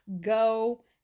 go